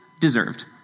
deserved